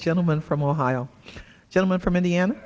gentleman from ohio gentleman from indiana